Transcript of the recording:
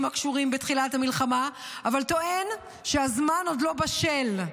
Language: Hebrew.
הקשורים בתחילת המלחמה אבל טוען שהזמן עוד לא בשל,